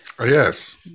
yes